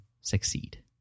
succeed